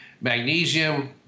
magnesium